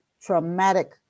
traumatic